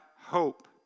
hope